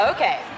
Okay